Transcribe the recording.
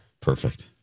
Perfect